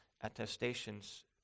attestations